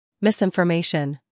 Misinformation